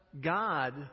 God